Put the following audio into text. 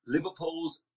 Liverpool's